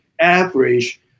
average